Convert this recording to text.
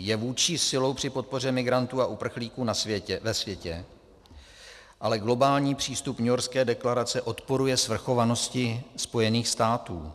Je vůdčí silou při podpoře migrantů a uprchlíků ve světě, ale globální přístup Newyorské deklarace odporuje svrchovanosti Spojených států.